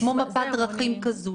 כמו שאמרתי, יש עוד הרבה מאוד תכניות.